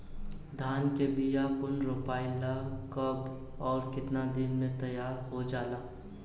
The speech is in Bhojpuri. धान के बिया पुनः रोपाई ला कब और केतना दिन में तैयार होजाला?